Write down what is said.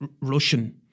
Russian